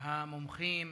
המומחים,